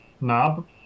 knob